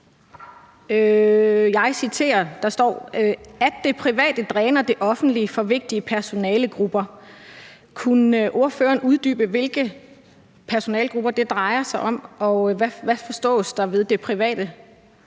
Der står, at »det private dræner det offentlige for vigtige personalegrupper«. Kunne ordføreren uddybe, hvilke personalegrupper det drejer sig om, og hvad forstås der ved det private?